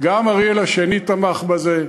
גם אריאל השני תמך בזה.